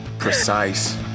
Precise